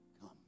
come